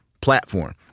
platform